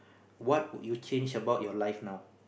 what would you change about your life now